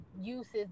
uses